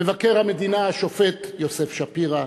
מבקר המדינה השופט יוסף שפירא,